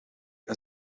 een